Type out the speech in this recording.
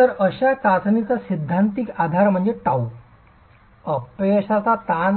तर अशा चाचणीचा सैद्धांतिक आधार म्हणजे टाऊ अपयशाचा ताण